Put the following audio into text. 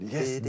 Yes